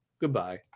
Goodbye